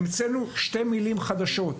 המצאנו שתי מילים חדשות: